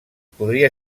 podria